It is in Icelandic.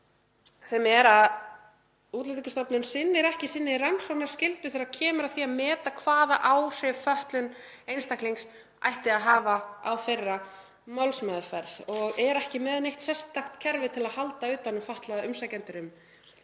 að Útlendingastofnun sinnir ekki rannsóknarskyldu sinni þegar kemur að því að meta hvaða áhrif fötlun einstaklings ætti að hafa á málsmeðferðina og er ekki með neitt sérstakt kerfi til að halda utan um fatlaða umsækjendur um